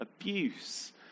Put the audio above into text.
abuse